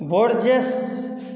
Borges